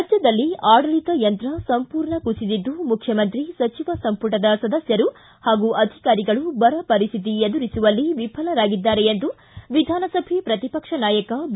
ರಾಜ್ಯದಲ್ಲಿ ಆಡಳಿತ ಯಂತ್ರ ಸಂಪೂರ್ಣ ಕುಸಿದಿದ್ದು ಮುಖ್ಯಮಂತ್ರಿ ಸಚಿವ ಸಂಪುಟದ ಸದಸ್ಯರು ಹಾಗೂ ಅಧಿಕಾರಿಗಳು ಬರ ಪರಿಶ್ಥಿತಿ ಎದುರಿಸುವಲ್ಲಿ ವಿಫಲರಾಗಿದ್ದಾರೆ ಎಂದು ವಿಧಾನಸಭೆ ಪ್ರತಿಪಕ್ಷ ನಾಯಕ ಬಿ